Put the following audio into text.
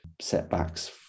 setbacks